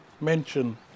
mention